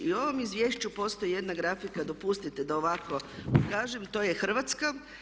I u ovom izvješću postoji jedna grafika dopustite da ovako pokažem to je Hrvatska.